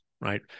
right